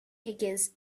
against